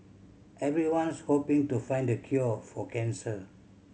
everyone's hoping to find the cure for cancer